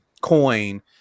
coin